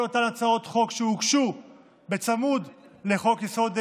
אותן הצעות חוק שהוגשו בצמוד לחוק-יסוד: